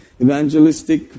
evangelistic